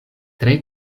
tre